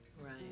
Right